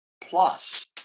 plus